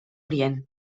orient